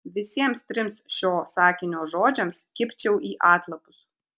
visiems trims šito sakinio žodžiams kibčiau į atlapus